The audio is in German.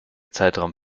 zeitraum